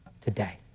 today